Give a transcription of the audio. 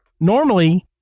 Normally